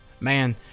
man